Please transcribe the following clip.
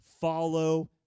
follow